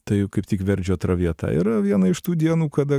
tai kaip tik verdžio traviata yra viena iš tų dienų kada